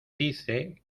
dice